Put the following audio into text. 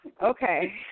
Okay